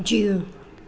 जीउ